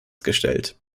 gestellt